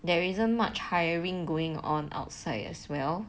there isn't much hiring going on outside as well